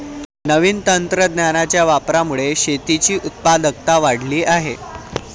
नवीन तंत्रज्ञानाच्या वापरामुळे शेतीची उत्पादकता वाढली आहे